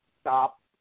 stop